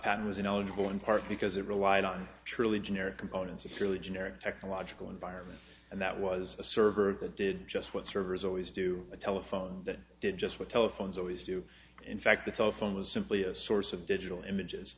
patent was ineligible in part because it relied on truly generic components of truly generic technological environment and that was a server that did just what servers always do a telephone that did just what telephones always do in fact the telephone was simply a source of digital images